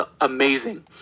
amazing